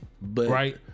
right